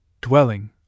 dwelling